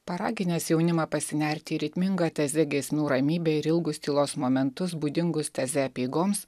paraginęs jaunimą pasinerti į ritmingą tezė giesmių ramybę ir ilgus tylos momentus būdingus teze apeigoms